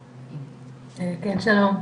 שלום,